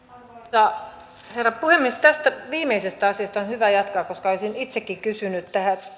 arvoisa herra puhemies tästä viimeisestä asiasta on on hyvä jatkaa koska olisin itsekin kysynyt